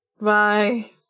bye